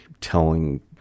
telling